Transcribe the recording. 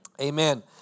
amen